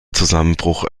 zusammenbruch